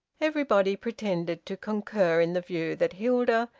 everybody pretended to concur in the view that hilda,